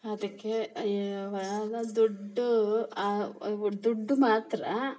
ಅದಕ್ಕೆ ದುಡ್ಡು ದುಡ್ಡು ಮಾತ್ರ